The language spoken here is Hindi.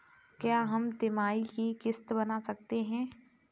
क्या हम तिमाही की किस्त बना सकते हैं?